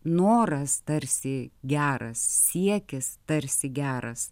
noras tarsi geras siekis tarsi geras